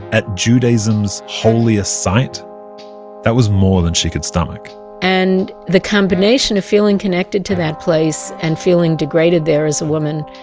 at judaism's holiest site that was more than she could stomach and the combination of feeling connected to that place, and feeling degraded there as a woman,